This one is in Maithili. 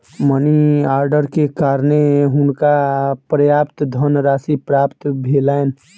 मनी आर्डर के कारणें हुनका पर्याप्त धनराशि प्राप्त भेलैन